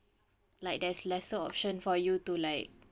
like there's lesser option for you to like